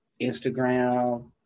Instagram